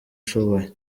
ushoboye